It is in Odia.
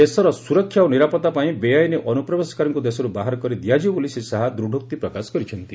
ଦେଶର ସୁରକ୍ଷା ଓ ନିରାପତ୍ତା ପାଇଁ ବେଆଇନ୍ ଅନୁପ୍ରବେଶକାରୀଙ୍କୁ ଦେଶରୁ ବାହାର କରିଦିଆଯିବ ବୋଲି ଶ୍ରୀ ଶାହା ଦୂଢୋକ୍ତି ପ୍ରକାଶ କରିଛନ୍ତି